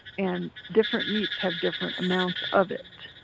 and different meats have different amounts of it,